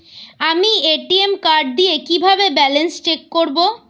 আমি ATM card দিয়ে কিভাবে ব্যালেন্স চেক করব?